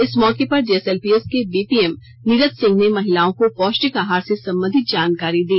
इस मौके पर जेएसएलपीएस के बीपीएम नीरज सिंह ने महिलाओं को पौष्टिक आहार से संबंधित जानकारी दी